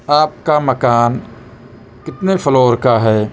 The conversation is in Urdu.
آپ کا مکان کتنے فلور کا ہے